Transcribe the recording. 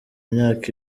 myaka